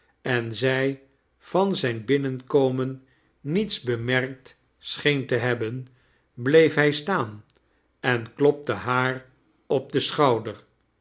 en zij van zijn binnen komen niets bemerkt scheen te hebi ben bleef hij staan en klopte haar op i den schouder